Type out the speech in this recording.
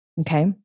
okay